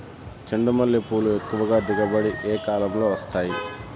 చెండుమల్లి పూలు ఎక్కువగా దిగుబడి ఏ కాలంలో వస్తాయి